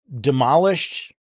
demolished